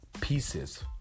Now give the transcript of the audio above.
pieces